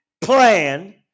plan